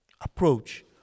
approach